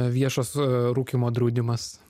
viešas a rūkymo draudimas